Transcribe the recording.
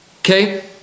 Okay